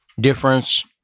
difference